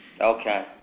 Okay